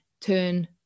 turn